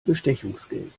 bestechungsgeld